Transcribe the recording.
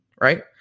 right